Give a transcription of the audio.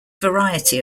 variety